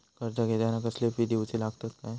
कर्ज घेताना कसले फी दिऊचे लागतत काय?